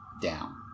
down